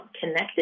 connected